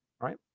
Right